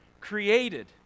created